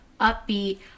upbeat